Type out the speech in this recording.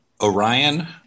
Orion